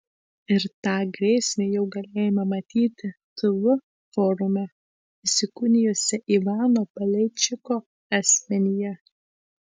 ir tą grėsmę jau galėjome pamatyti tv forume įsikūnijusią ivano paleičiko asmenyje